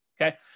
okay